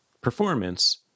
performance